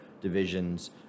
Divisions